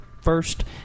First